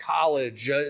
college